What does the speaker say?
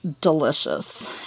delicious